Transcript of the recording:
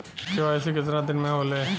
KYC कितना दिन में होले?